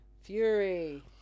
Fury